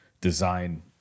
design